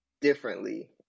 differently